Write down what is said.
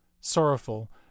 Sorrowful